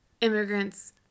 immigrants